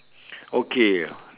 okay